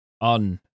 on